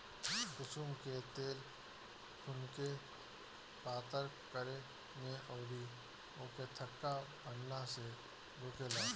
कुसुम के तेल खुनके पातर करे में अउरी ओके थक्का बनला से रोकेला